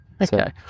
Okay